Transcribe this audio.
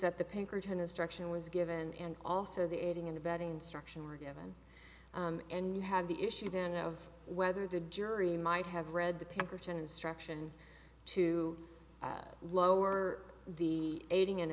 that the pinkerton instruction was given and also the aiding and abetting instruction were given and you have the issue then of whether the jury might have read the pinkerton instruction to lower the aiding and